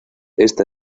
esta